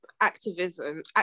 activism